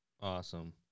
Awesome